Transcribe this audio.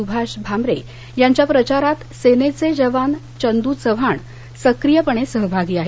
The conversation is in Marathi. सुभाष भामरे यांच्या प्रचारात सेनेचे जवान चंद चव्हाण सक्रीयपणे सहभागी आहेत